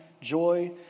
joy